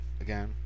again